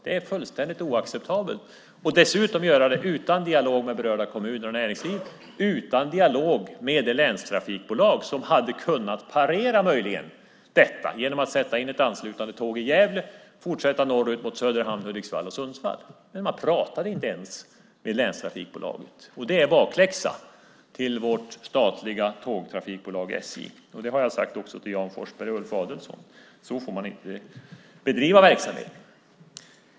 Det är fullständigt oacceptabelt. Dessutom gör man det utan dialog med berörda kommuner och näringslivet, utan dialog med de länstrafikbolag som möjligen hade kunnat parera detta genom att sätta in ett anslutande tåg i Gävle som fortsätter norrut mot Söderhamn, Hudiksvall och Sundsvall. Men man pratade inte ens med länstrafikbolagen. Det är bakläxa till vårt statliga tågtrafikbolag SJ. Det har jag också sagt till Jan Forsberg och Ulf Adelsohn. Så får man inte bedriva verksamheten.